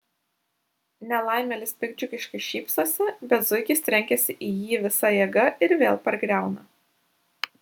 nelaimėlis piktdžiugiškai šypsosi bet zuikis trenkiasi į jį visa jėga ir vėl pargriauna